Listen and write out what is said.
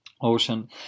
ocean